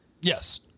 Yes